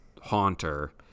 Haunter